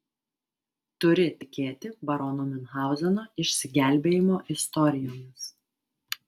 turi tikėti barono miunchauzeno išsigelbėjimo istorijomis